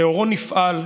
לאורו נפעל,